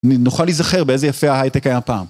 נוכל להיזכר באיזה יפה ההייטק היה פעם